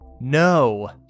No